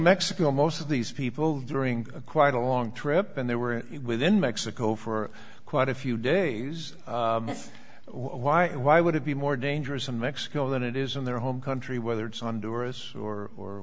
mexico most of these people during a quite a long trip and they were within mexico for quite a few days why and why would it be more dangerous in mexico than it is in their home country whether it's on douras or or